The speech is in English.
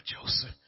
Joseph